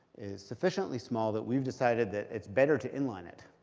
sufficiently small that we've decided that it's better to inline it.